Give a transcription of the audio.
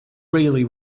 really